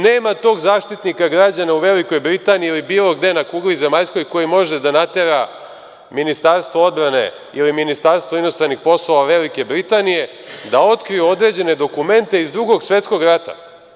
Nema tog zaštitnika građana u Velikoj Britaniji ili bilo gde na kugli zemaljskoj koji može da natera Ministarstvo odbrane ili Ministarstvo inostranih poslova Velike Britanije da otkriju određene dokumente iz Drugog svetskog rata.